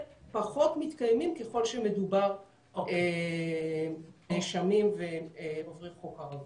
פחות מתקיימים ככל שמדובר בנאשמים ועוברי חוק ערבים.